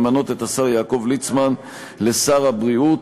למנות את השר יעקב ליצמן לשר הבריאות,